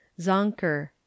Zonker